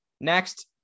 Next